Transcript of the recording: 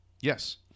Yes